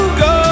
go